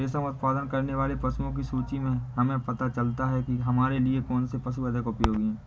रेशम उत्पन्न करने वाले पशुओं की सूची से हमें पता चलता है कि हमारे लिए कौन से पशु अधिक उपयोगी हैं